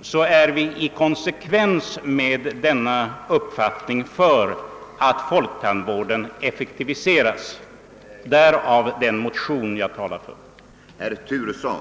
såvitt jag vet, heller inte rests i denna kammare — är vi också för att folktandvården effektiviseras. Det är anledningen till att den motion väckts som jag talat för.